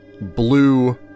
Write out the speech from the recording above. blue